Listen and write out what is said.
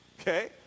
Okay